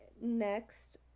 next